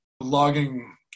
logging